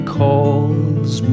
calls